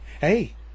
Hey